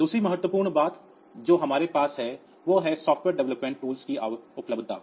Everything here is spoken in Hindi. दूसरी महत्वपूर्ण बात जो हमारे पास है वह है सॉफ्टवेयर डेवलपमेंट टूल्स की उपलब्धता